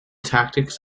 tactics